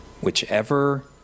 Whichever